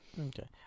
Okay